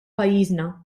pajjiżna